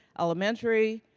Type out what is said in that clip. elementary,